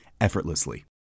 effortlessly